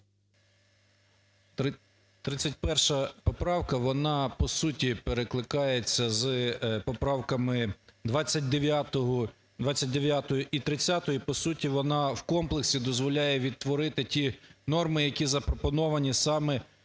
31 поправка, вона по суті перекликається з поправками 29-ю і 30-ю, по суті, вона в комплексі дозволяє відтворити ті норми, які запропоновані саме